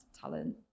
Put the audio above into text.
talent